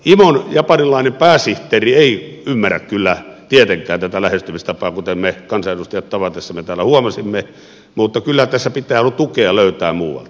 imon japanilainen pääsihteeri ei ymmärrä kyllä tietenkään tätä lähestymistapaa kuten me kansanedustajat tavatessamme hänet täällä huomasimme mutta kyllä tässä pitää tukea löytää muualta